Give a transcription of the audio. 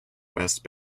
west